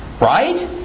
Right